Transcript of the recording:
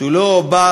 שהוא לא בר-התקדמות,